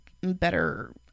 better